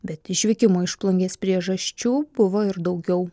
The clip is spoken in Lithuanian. bet išvykimo iš plungės priežasčių buvo ir daugiau